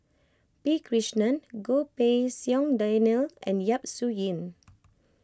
P Krishnan Goh Pei Siong Daniel and Yap Su Yin